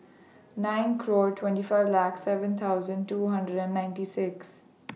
nine claw twenty five lax seven thousand two hundred and ninety six